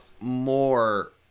more